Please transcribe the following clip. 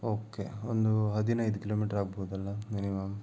okay ಒಂದು ಹದಿನೈದು kilometre ಆಗಬಹುದಲ್ಲ ಮಿನಿಮಮ್